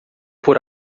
por